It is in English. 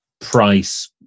price